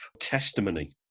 testimony